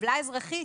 בעוולה אזרחית,